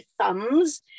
thumbs